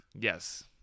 yes